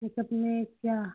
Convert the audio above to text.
makeup में क्या